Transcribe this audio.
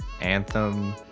Anthem